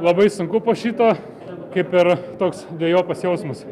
labai sunku po šito kaip ir toks dvejopas jausmas